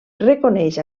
reconeix